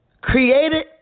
created